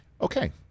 Okay